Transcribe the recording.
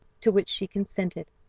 to which she consented,